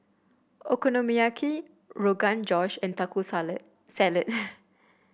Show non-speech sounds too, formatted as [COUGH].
Okonomiyaki Rogan Josh and Taco [UNINTELLIGIBLE] Salad [NOISE]